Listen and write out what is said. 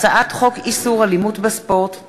הצעת חוק איסור אלימות בספורט (תיקון)